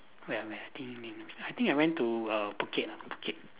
where where I think I think I went to err Phuket Phuket